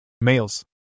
males